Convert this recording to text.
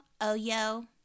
OYO